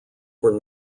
were